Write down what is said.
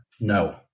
No